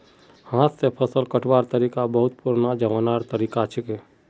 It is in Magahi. हाथ स फसल कटवार तरिका बहुत पुरना जमानार तरीका छिके